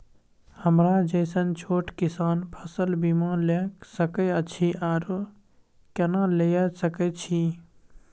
हमरा जैसन छोट किसान फसल बीमा ले सके अछि आरो केना लिए सके छी?